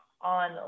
on